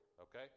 Okay